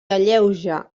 alleuja